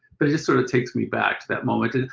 but it just sort of takes me back to that moment.